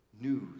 news